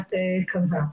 שבג"ץ קבע.